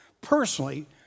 Personally